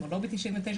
כמו לובי 99,